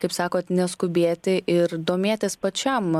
kaip sakot neskubėti ir domėtis pačiam